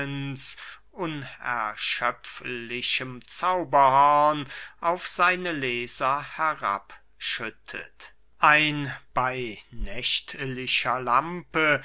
unerschöpflichem zauberhorn auf seine leser herabschüttet ein bey nächtlicher lampe